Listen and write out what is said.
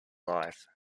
life